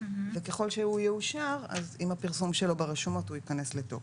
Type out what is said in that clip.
וככל שהוא יאושר אז עם הפרסום שלו ברשומות הוא ייכנס לתוקף.